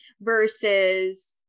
versus